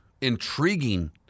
intriguing